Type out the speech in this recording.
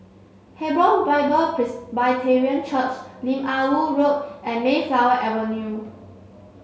Hebron Bible Presbyterian Church Lim Ah Woo Road and Mayflower Avenue